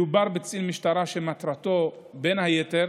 מדובר בקצין משטרה שמטרתו בין היתר